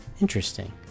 Interesting